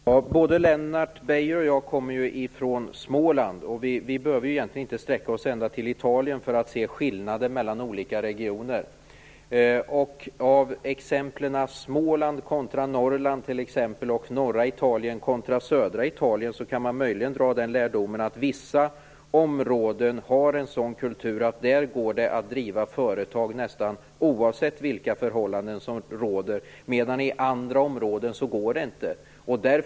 Fru talman! Både Lennart Beijer och jag kommer från Småland, och vi behöver egentligen inte se ända bort till Italien för att se skillnaden mellan olika regioner. Av exemplen Småland kontra Norrland och norra Italien kontra södra Italien kan man möjligen dra den lärdomen att vissa områden har en sådan kultur att det där går att driva företag nästan oavsett vilka förhållanden som råder, medan det inte går i andra områden.